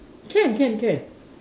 can can can